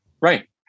right